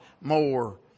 more